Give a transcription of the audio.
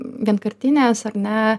vienkartinės ar ne